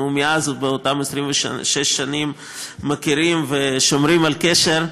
מאז, באותן 26 שנים שאנחנו מכירים, שומרים על קשר,